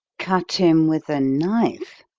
cut him with a knife?